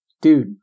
dude